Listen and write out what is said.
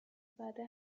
زده